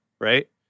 right